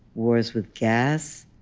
wars with gas,